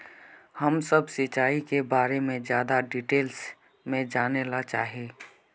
हम सब सिंचाई के बारे में ज्यादा डिटेल्स में जाने ला चाहे?